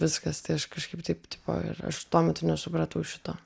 viskas tai aš kažkaip taip tipo ir aš tuo metu nesupratau šito